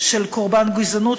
של קורבן גזענות,